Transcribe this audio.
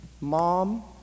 mom